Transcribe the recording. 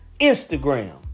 Instagram